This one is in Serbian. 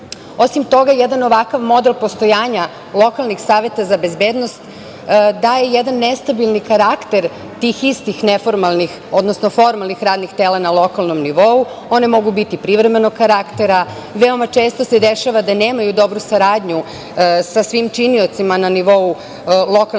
toga, jedan ovakav model postojanja lokalnih saveta za bezbednost daje jedan nestabilan karakter tih istih neformalnih, odnosno formalnih radnih tela na lokalnom nivou. One mogu biti privremenog karaktera. Veoma često se dešava da nemaju dobru saradnju sa svim činiocima na nivou lokalnih samouprava.